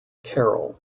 carol